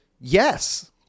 yes